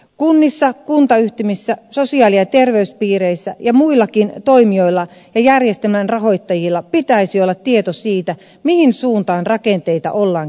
kunnissa kuntayhtymissä sosiaali ja terveyspiireissä ja muillakin toimijoilla ja järjestelmän rahoittajilla pitäisi olla tieto siitä mihin suuntaan rakenteita ollaan kehittämässä